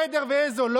תתביישו.